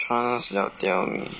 trans never tell me